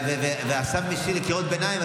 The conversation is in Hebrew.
והשר משיב על קריאות ביניים,